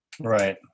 Right